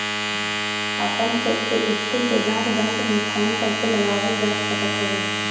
अपन चेक के स्थिति के जाँच बैंक में फोन करके लगावल जा सकत हवे